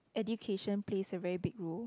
education plays a very big role